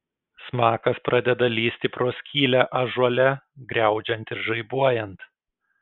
smakas pradeda lįsti pro skylę ąžuole griaudžiant ir žaibuojant